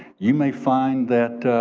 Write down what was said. you may find that